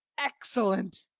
excellent,